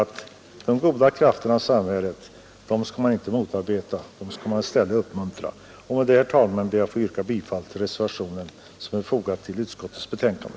De goda krafterna i samhället skall man inte motarbeta — dem skall man i stället uppmuntra. Med detta, herr talman, ber jag att få yrka bifall till den reservation som är fogad till utskottets betänkande.